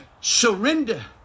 surrender